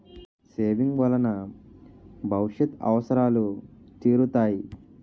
saving వలన భవిష్యత్ అవసరాలు తీరుతాయి